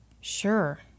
Sure